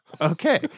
Okay